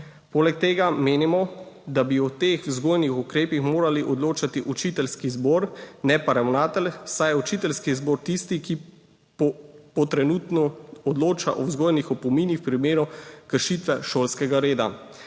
Poleg tega menimo, da bi o teh vzgojnih ukrepih moral odločati učiteljski zbor ne pa ravnatelj, saj je učiteljski zbor tisti, ki trenutno odloča o vzgojnih opominih v primeru kršitve šolskega reda.